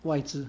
外资